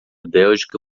bélgica